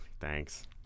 Thanks